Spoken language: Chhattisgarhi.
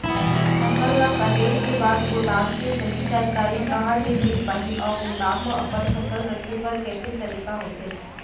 फसल ला कटेल के बाद गोदाम के सही जानकारी कहा ले मील पाही अउ गोदाम मा अपन फसल रखे बर कैसे तरीका होथे?